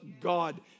God